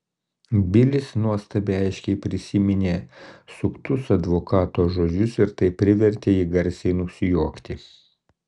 bilis nuostabiai aiškiai prisiminė suktus advokato žodžius ir tai privertė jį garsiai nusijuokti